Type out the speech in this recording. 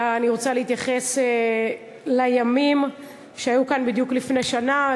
אלא אני רוצה להתייחס לימים שהיו כאן בדיוק לפני שנה.